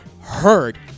heard